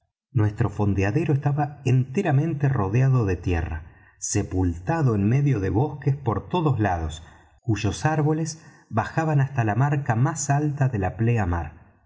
nuestro fondeadero estaba enteramente rodeado de tierra sepultado en medio de bosques por todos lados cuyos árboles bajaban hasta la marca más alta de la pleamar